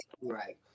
Right